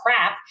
crap